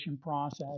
process